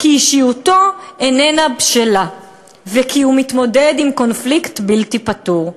"כי אישיותו איננה בשלה וכי הוא מתמודד עם קונפליקט בלתי פתור,